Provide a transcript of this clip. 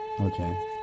Okay